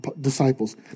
disciples